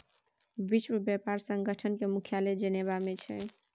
विश्व बेपार संगठन केर मुख्यालय जेनेबा मे छै